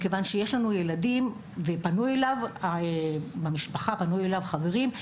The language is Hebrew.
מכיוון שפנו אליו משפחה וחברים,